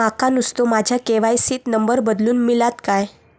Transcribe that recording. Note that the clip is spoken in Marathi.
माका नुस्तो माझ्या के.वाय.सी त नंबर बदलून मिलात काय?